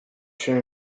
się